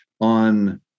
on